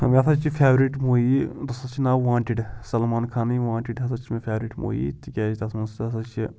مےٚ ہَسا چھِ فیورِٹ موٗوی تَتھ ہَسا چھِ ناو وانٹِڈ سَلمان خانٕنۍ وانٹِڈ ہَسا چھِ مےٚ فیورِٹ موٗوی تِکیٛازِ تَتھ منٛز ہَسا چھِ